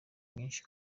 myinshi